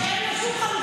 יש לו חלוקת